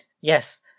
yes